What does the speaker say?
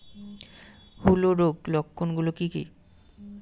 হূলো রোগের লক্ষণ গুলো কি কি?